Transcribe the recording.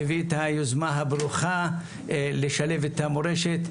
שהביא את היוזמה הברוכה לשלב את המורשת,